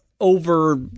Over